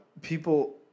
people